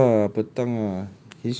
no lah petang ah